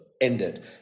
ended